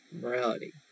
morality